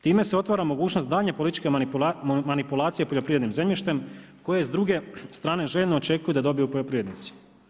Time se otvara mogućnost daljnje političke manipulacije poljoprivrednim zemljištem koje s druge strane željno očekuju da dobiju poljoprivrednici.